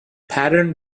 pattern